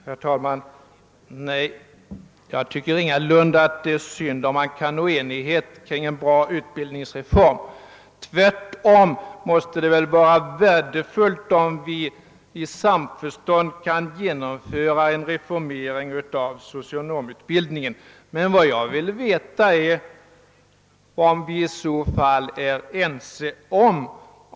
Herr talman! Nej, jag tycker ingalunda det är synd, om man kan nå enighet kring en bra utbildningsreform. Tvärtom måste det väl vara värdefullt om vi i samförstånd kan reformera socionomutbildningen. Vad jag vill veta är, vad vi är eniga om.